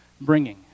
bringing